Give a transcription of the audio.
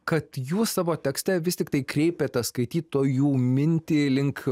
kad jūs savo tekste vis tiktai kreipiate skaitytojų mintį link